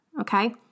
okay